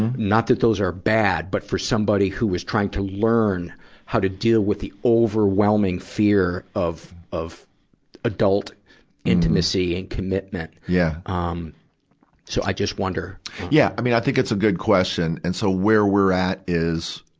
and not that those are bad, but for somebody who is trying to learn how to deal with the overwhelming fear of, of adult intimacy and commitment, ah, yeah um so i just wonder joe yeah. i mean, i think it's a good question. and so, where we're at is,